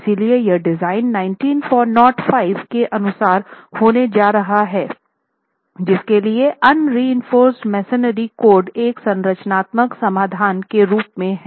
इसलिए यहां डिजाइन 1905 के अनुसार होने जा रहा है जिसके लिए अनरिइंफोर्ससेद मसोनरी कोड एक संरचनात्मक समाधान के रूप में हैं